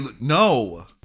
no